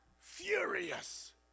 furious